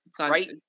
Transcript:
right